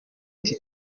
uti